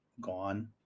gone